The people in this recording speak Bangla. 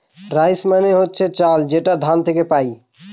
রাইস মানে হচ্ছে চাল যেটা ধান থেকে পাবো